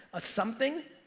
a something,